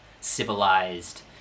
civilized